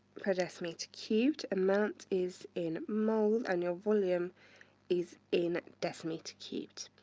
per decimeter cubed, amount is in moles and your volume is in decimeter cubed.